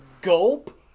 gulp